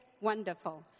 wonderful